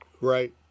Right